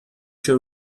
się